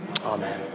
Amen